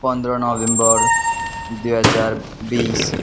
पन्ध्र नोभेम्बर दुई हजार बिस